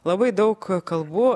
labai daug kalbų